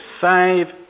save